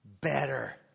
better